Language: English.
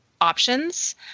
options